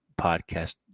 podcast